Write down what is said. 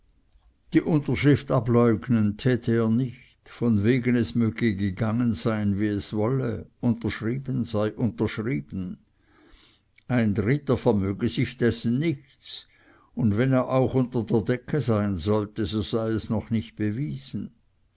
die unterschrift ableugnen täte er nicht von wegen es möge gegangen sein wie es wolle unterschrieben sei unterschrieben ein dritter vermöge sich dessen nichts und wenn er auch unter der decke sein sollte so sei es noch nicht bewiesen